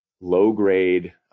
low-grade